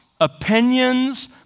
opinions